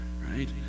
right